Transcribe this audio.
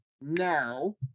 now